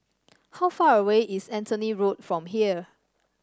how far away is Anthony Road from here